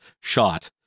shot